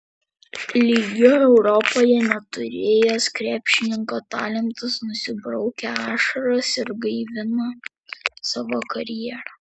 lygių europoje neturėjęs krepšinio talentas nusibraukė ašaras ir gaivina savo karjerą